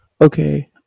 Okay